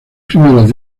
primeros